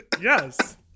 Yes